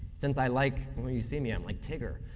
since i like well, you see me. i'm like tigger.